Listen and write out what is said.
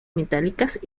metálicas